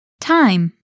Time